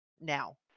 Now